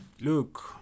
Look